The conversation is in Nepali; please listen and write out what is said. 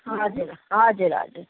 हजुर हजुर हजुर